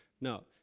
No